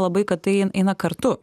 labai kad tai eina kartu